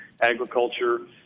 agriculture